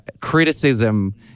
criticism